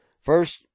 First